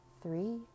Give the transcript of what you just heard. three